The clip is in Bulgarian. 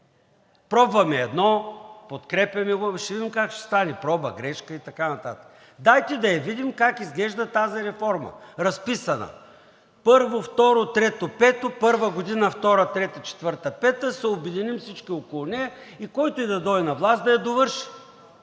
Пробваме едно, подкрепяме го – ще видим как ще стане, проба – грешка и така нататък. Дайте да я видим как изглежда разписана тази реформа – първо, второ, трето – пето, първата година, втората, третата, четвъртата, петата. Да се обединим всички около нея и който и да дойде на власт, да я довърши.